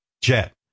jet